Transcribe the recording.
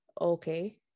okay